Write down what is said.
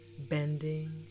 Bending